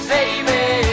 Baby